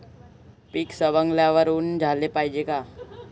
पीक सवंगल्यावर ऊन द्याले पायजे का?